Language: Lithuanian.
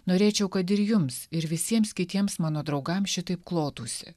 norėčiau kad ir jums ir visiems kitiems mano draugam šitaip klotųsi